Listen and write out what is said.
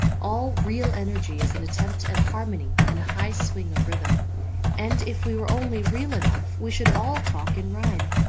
all real energy is an attempt at harmony and a high swing of rhythm and if we were only real enough we should all talk in rhyme.